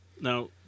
Now